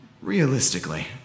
Realistically